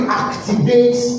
activate